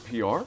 PR